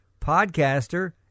podcaster